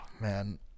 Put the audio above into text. man